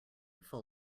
full